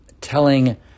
telling